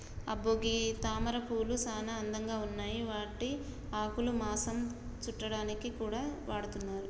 అబ్బో గీ తామరపూలు సానా అందంగా ఉన్నాయి వాటి ఆకులు మాంసం సుట్టాడానికి కూడా వాడతున్నారు